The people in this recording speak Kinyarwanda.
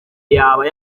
yaba